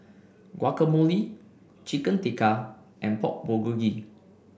Guacamole Chicken Tikka and Pork Bulgogi